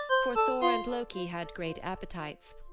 for thor and loki had great appetites,